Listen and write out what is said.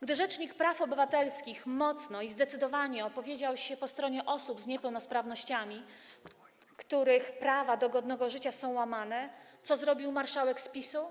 Gdy rzecznik praw obywatelskich mocno i zdecydowanie opowiada się po stronie osób z niepełnosprawnościami, których prawa do godnego życia są łamane, co robi marszałek z PiS-u?